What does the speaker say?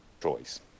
choice